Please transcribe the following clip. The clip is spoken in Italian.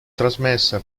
trasmessa